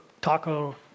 Taco